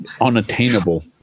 unattainable